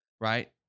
right